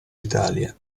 italia